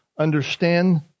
understand